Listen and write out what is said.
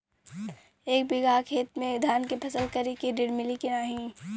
एक बिघा खेत मे धान के फसल करे के ऋण मिली की नाही?